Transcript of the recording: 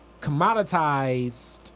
commoditized